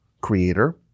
creator